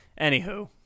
Anywho